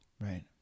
Right